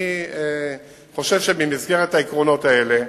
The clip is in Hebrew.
אני חושב שבמסגרת העקרונות האלה,